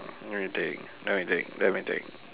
let me think let me think let me think